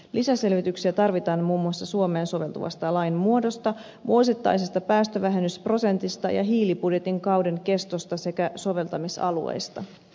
lisäselvityksiä tarvitaan muun muassa suomeen soveltuvasta lain muodosta vuosittaisesta päästövähennysprosentista ja hiilibudjetin kauden kestosta sekä soveltamisalueista